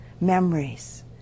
memories